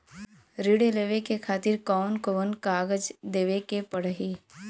ऋण लेवे के खातिर कौन कोन कागज देवे के पढ़ही?